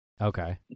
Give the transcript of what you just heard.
Okay